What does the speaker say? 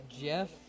Jeff